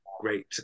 great